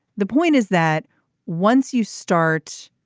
the point is that once you start